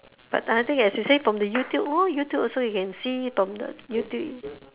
but I think as you say from the youtube lor youtube also you can see from the youtube